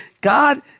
God